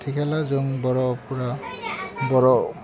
आथिखालाव जों बर'फ्रा बर'